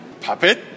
Puppet